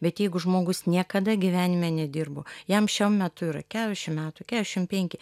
bet jeigu žmogus niekada gyvenime nedirbo jam šiuo metu yra keturiasšim metų kesšim penki